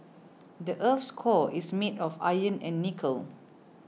the earth's core is made of iron and nickel